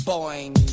Boing